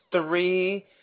three